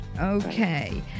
Okay